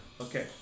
Okay